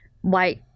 white